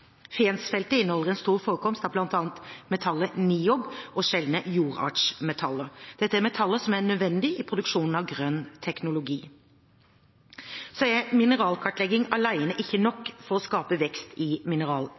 Fensfeltet inneholder en stor forekomst av bl.a. metallet niob og sjeldne jordartsmetaller. Dette er metaller som er nødvendige i produksjonen av grønn teknologi. Mineralkartlegging alene er ikke nok for å skape vekst i